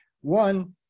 One